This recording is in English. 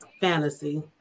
fantasy